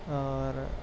اور